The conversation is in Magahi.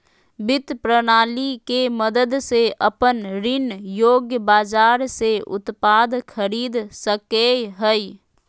वित्त प्रणाली के मदद से अपन ऋण योग्य बाजार से उत्पाद खरीद सकेय हइ